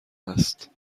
هست